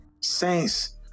Saints